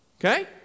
Okay